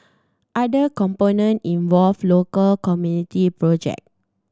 other component involve local community project